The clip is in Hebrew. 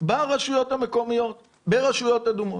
ברשויות המקומיות, ברשויות אדומות.